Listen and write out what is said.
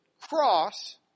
cross